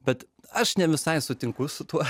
bet aš ne visai sutinku su tuo